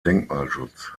denkmalschutz